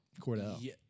Cordell